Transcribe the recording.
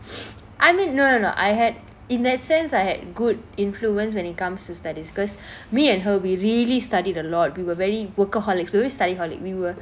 I mean no no no I had in that sense I had good influence when it comes to studies because me and her we really studied a lot we were very workaholics we were study-holics we were